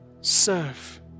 serve